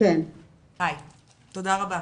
תודה רבה.